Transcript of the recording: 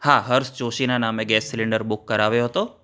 હા હર્ષ જોશીના નામે ગેસ સિલિન્ડર બુક કરાવ્યો હતો